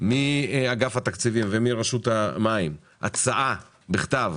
מאגף התקציבים ומרשות המים הצעה בכתב